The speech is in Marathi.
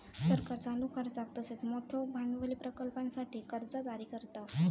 सरकार चालू खर्चाक तसेच मोठयो भांडवली प्रकल्पांसाठी कर्जा जारी करता